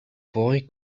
boy